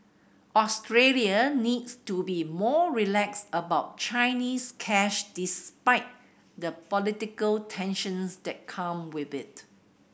Australia needs to be more relaxed about Chinese cash despite the political tensions that come with it